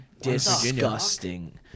disgusting